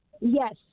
Yes